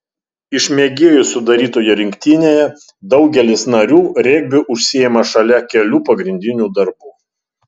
iš mėgėjų sudarytoje rinktinėje daugelis narių regbiu užsiima šalia kelių pagrindinių darbų